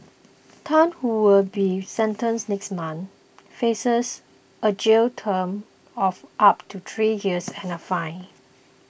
Tan who will be sentenced next month faces a jail term of up to three years and a fine